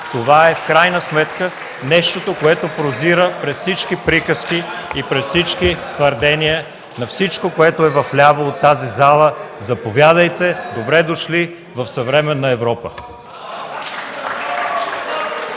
Това в крайна сметка е нещото, което прозира през всички приказки и през всички твърдения на всички вляво в тази зала. Заповядайте, добре дошли в съвременна Европа!